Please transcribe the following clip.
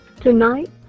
Tonight